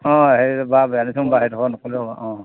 হেৰি বা